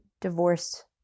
divorced